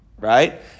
right